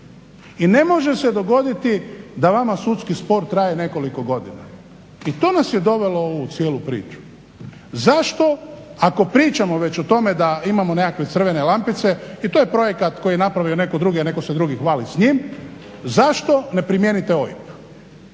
i ne može se dogoditi da vama sudski spor traje nekoliko godina i to nas je dovelo u ovu cijelu priču. Zašto ako pričamo već o tome da imamo nekakve crvene lampice i to je projekt koji je napravio netko drugi, a netko se drugi hvali s njim, zašto ne primijenite OIB.